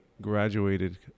graduated